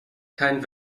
kein